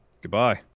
Goodbye